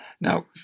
Now